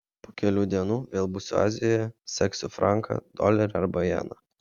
po kelių dienų vėl būsiu azijoje seksiu franką dolerį arba jeną